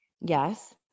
Yes